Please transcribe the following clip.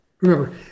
remember